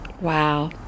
Wow